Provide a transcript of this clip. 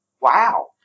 wow